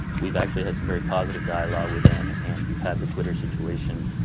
we've actually had some very positive dialogue with them. and you've had the twitter situation